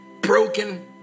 Broken